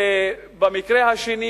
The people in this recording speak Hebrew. ובמקרה השני,